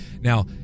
now